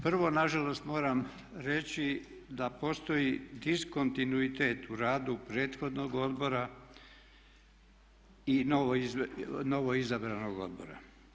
Prvo nažalost moram reći da postoji diskontinuitet u radu prethodnog odbora i novo izabranog odbora.